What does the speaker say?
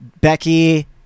becky